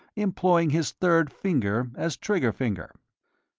employing his third finger as trigger-finger.